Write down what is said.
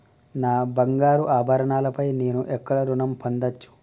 నా బంగారు ఆభరణాలపై నేను ఎక్కడ రుణం పొందచ్చు?